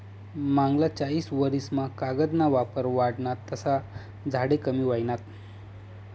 मांगला चायीस वरीस मा कागद ना वापर वाढना तसा झाडे कमी व्हयनात